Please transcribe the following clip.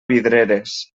vidreres